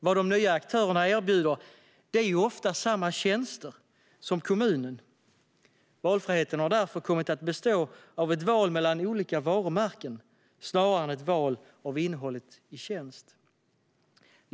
Vad de nya aktörerna erbjuder är ofta samma tjänster som kommunen. Valfriheten har därför kommit att bestå av ett val mellan olika varumärken snarare än ett val av innehållet i tjänsten.